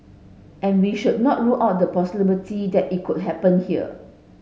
and we should not rule out the possibility that it could happen here